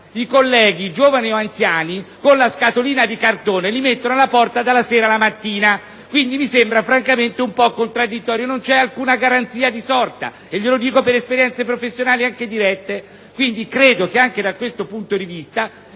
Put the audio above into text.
i colleghi, giovani o anziani, con la scatolina di cartone li mettono alla porta dalla sera alla mattina. Mi sembra dunque contraddittorio. Non c'è garanzia di sorta, e glielo dico per esperienze professionali anche dirette. Credo che anche da questo punto di vista